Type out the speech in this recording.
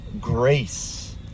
grace